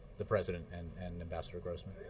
the president and and ambassador grossman.